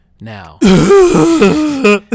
now